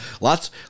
Lots